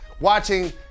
watching